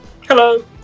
Hello